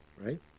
Right